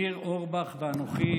ניר אורבך ואנוכי